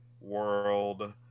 world